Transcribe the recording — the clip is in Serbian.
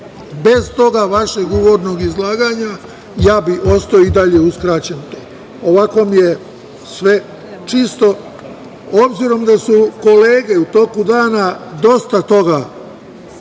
Bez tog vašeg uvodnog izlaganja ja bi ostao i dalje uskraćen. Ovako mi je sve čisto, obzirom da su kolege u toku dana dosta toga